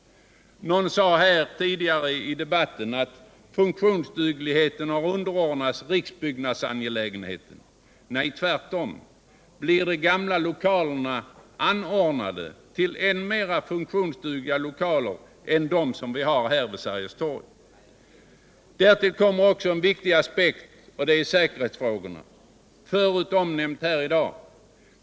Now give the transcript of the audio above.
Någon sade här tidigare i debatten att funktionsdugligheten har underordnats riksbyggnadsangelägenheten. Nej, tvärtom, de gamla lokalerna blir anordnade till än Sikt frågor på längre Sikt mera funktionella tokaler än vad vi har här vid Sergels torg. Ytterligare en viktig aspekt tillkommer, nämligen säkerhetsfrågorna, vilka tidigare i dag här omnämnts.